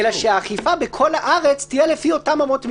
-- אלא שהאכיפה בכל הארץ תהיה לפי אותן אמות מידה.